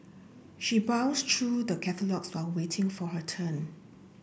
she browsed through the catalogues while waiting for her turn